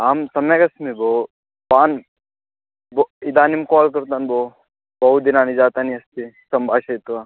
आं सम्यगस्मि भो भवान् भो इदानीं काल् कृतं भो बहूनि दिनानि जातानि अस्ति सम्भाषित्वा